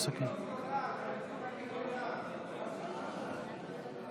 אבל אני רוצה לשאול את ראש הממשלה, לא